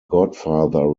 godfather